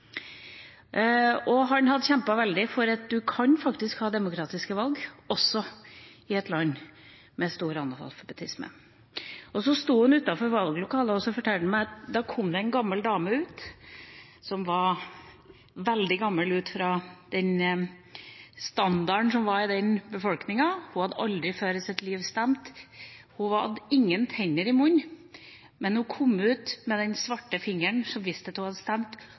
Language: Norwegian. Han hadde kjempet veldig for at man faktisk kan ha demokratiske valg også i et land med stor analfabetisme. Så sto han utenfor valglokalet, og – forteller han meg – da kom det ut en gammel dame, som var veldig gammel ut fra standarden i den befolkningen. Hun hadde aldri før i sitt liv stemt, hun hadde ingen tenner i munnen, men hun kom ut med den svarte fingeren, som viste at hun hadde stemt